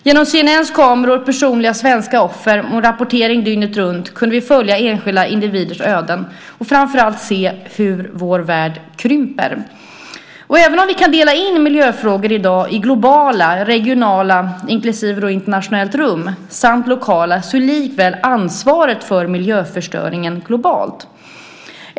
Genom CNN:s kameror, personliga svenska offer och rapportering dygnet runt kunde vi följa enskilda individers öden och framför allt se hur vår värld krymper. Även om vi i dag kan dela in miljöfrågor i globala, regionala, inklusive internationellt rum, samt lokala är likväl ansvaret för miljöförstöringen globalt.